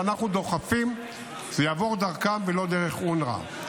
שאנחנו דוחפים שזה יעבור דרכם ולא דרך אונר"א.